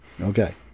Okay